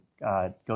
Go